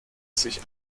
sich